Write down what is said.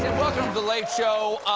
welcome to the late show.